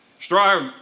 Strive